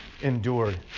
endured